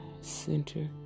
center